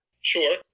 Sure